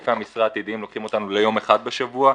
היקפי המשרה העתידיים לוקחים אותנו ליום אחד בשבוע.